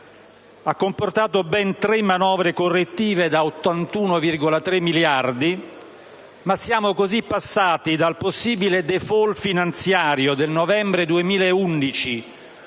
Ha comportato ben tre manovre correttive da 81,3 miliardi. Siamo così passati dal possibile *default* finanziario del nostro